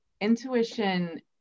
intuition